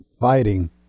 fighting